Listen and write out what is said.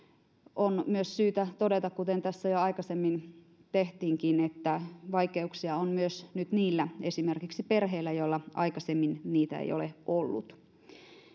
on myös syytä todeta kuten tässä jo aikaisemmin tehtiinkin että vaikeuksia on nyt myös esimerkiksi niillä perheillä joilla aikaisemmin niitä ei ole ollut